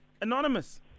anonymous